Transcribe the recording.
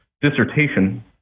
dissertation